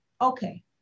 okay